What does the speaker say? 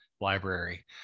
library